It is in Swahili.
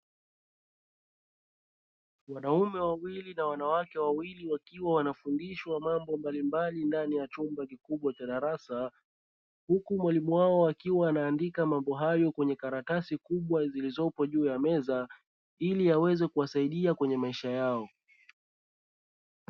Wanaume wawili na wanawake wawili wakiwa wanafundishwa mambo mbalimbali ndani ya chumba kikubwa cha darasa, huku mwalimu wao akiwa anaandika mambo hayo kwenye karatasi kubwa zilizopo juu ya meza ili aweze kuwasaidia kwenye maisha yao.